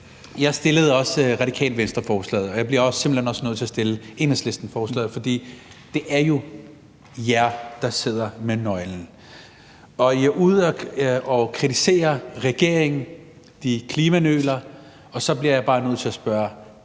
Jeg stillede Radikale Venstre et spørgsmål, og jeg bliver simpelt hen også nødt til at stille Enhedslisten det spørgsmål, for det er jo jer, der sidder med nøglen. I er ude at kritisere regeringen ved at sige, at de klimanøler, så jeg bliver bare nødt til at spørge: